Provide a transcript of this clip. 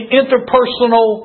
interpersonal